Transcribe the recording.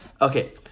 Okay